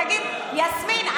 תגיד: יסמין,